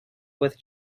with